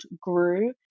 grew